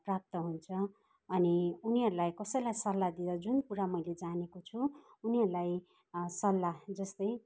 प्राप्त हुन्छ अनि उनीहरूलाई कसैलाई सल्लाह दिँदा जुन कुरा मैले जानेको छु उनीहरूलाई सल्लाह जस्तै